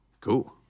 cool